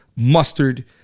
Mustard